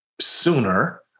sooner